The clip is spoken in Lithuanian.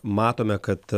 matome kad